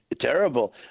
terrible